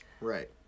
Right